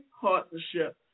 partnership